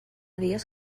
dies